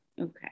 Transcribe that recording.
Okay